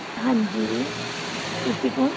ਹਾਂਜੀ ਤੁਸੀਂ ਕੌਣ